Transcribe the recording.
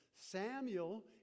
Samuel